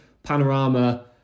panorama